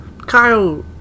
Kyle